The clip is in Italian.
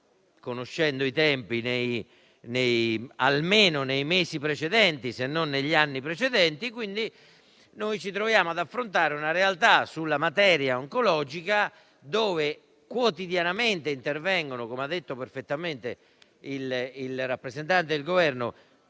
conoscendo i tempi, almeno nei mesi precedenti, se non negli anni precedenti. Quindi, ci troviamo ad affrontare una realtà sulla materia oncologica, rispetto alla quale - come ha detto perfettamente il rappresentante del Governo